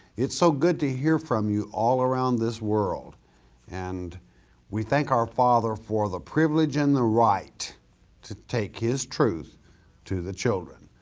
it's so good to hear from you all around this world and we thank our father for the privilege and the right to take his truth to the children.